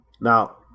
Now